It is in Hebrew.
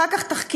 אחר כך "תחקיר",